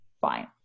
fine